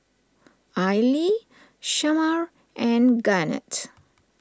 Aili Shamar and Garnett